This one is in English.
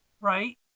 right